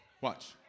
watch